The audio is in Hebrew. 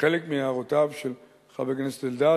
חלק מהערותיו של חבר הכנסת אלדד,